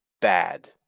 bad